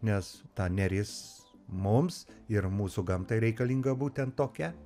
nes ta neris mums ir mūsų gamtai reikalinga būtent tokia